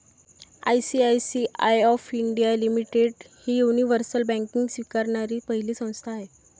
ICICI of India limited ही universal banking स्वीकारणारी पहिली संस्था आहे